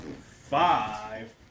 five